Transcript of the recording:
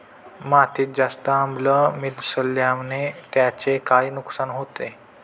मातीत जास्त आम्ल मिसळण्याने त्याचे काय नुकसान होते?